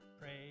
praise